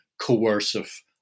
coercive